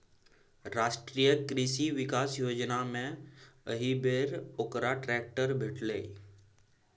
राष्ट्रीय कृषि विकास योजनामे एहिबेर ओकरा ट्रैक्टर भेटलै